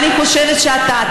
ואני חושבת שאתה,